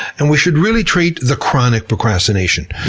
and we should really treat the chronic procrastination.